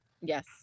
Yes